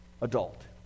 adult